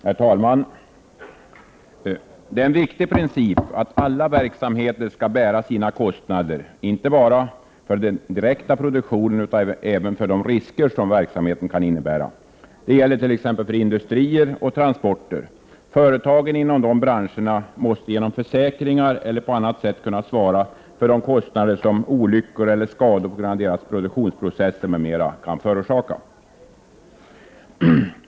Herr talman! Det är en viktig princip att alla verksamheter skall bära sina kostnader, inte bara för den direkta produktionen utan även för de risker som verksamheten kan innebära. Det gäller t.ex. för industrier och transporter. Företagen inom dessa branscher måste genom försäkringar eller på annat sätt kunna svara på de kostnader som olyckor eller skador på grund av deras produktionsprocesser kan förorsaka.